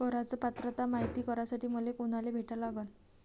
कराच पात्रता मायती करासाठी मले कोनाले भेटा लागन?